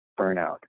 burnout